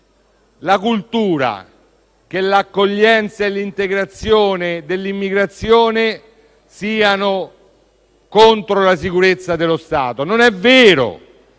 l'idea che l'accoglienza e l'integrazione dell'immigrazione siano contro la sicurezza dello Stato. Non è vero: